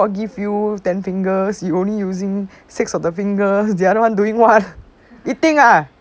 god give you ten fingers you only using six of the fingers the other one doing what eating ah